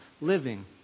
living